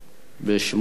על הצעה לסדר-היום,